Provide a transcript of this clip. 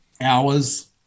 hours